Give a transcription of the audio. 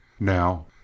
Now